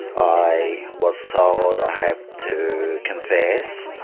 i was told i had to confess,